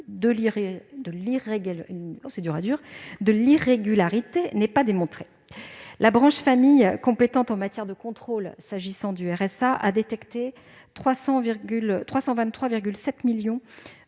de l'irrégularité n'est pas démontrée. La branche famille, compétente en matière de contrôle s'agissant du RSA, a détecté 323,7 millions d'euros